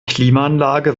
klimaanlage